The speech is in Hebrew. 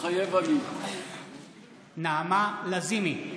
מתחייב אני נעמה לזימי,